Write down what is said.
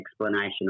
explanation